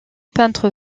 peintre